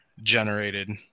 generated